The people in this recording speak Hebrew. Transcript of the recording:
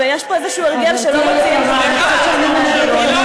ואני מבקשת את הזמן שלי בחזרה.